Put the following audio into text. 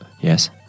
Yes